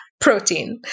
protein